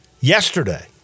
Yesterday